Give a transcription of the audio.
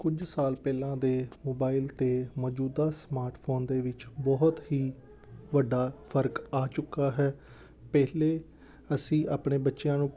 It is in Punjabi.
ਕੁਝ ਸਾਲ ਪਹਿਲਾਂ ਦੇ ਮੋਬਾਈਲ ਅਤੇ ਮੌਜੂਦਾ ਸਮਾਰਟਫੋਨ ਦੇ ਵਿੱਚ ਬਹੁਤ ਹੀ ਵੱਡਾ ਫਰਕ ਆ ਚੁੱਕਾ ਹੈ ਪਹਿਲੇ ਅਸੀਂ ਆਪਣੇ ਬੱਚਿਆਂ ਨੂੰ